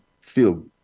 feel